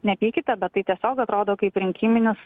nepykite bet tai tiesiog atrodo kaip rinkiminis